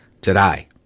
today